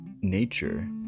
nature